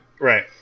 Right